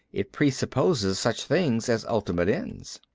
it presupposes such things as ultimate ends.